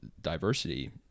diversity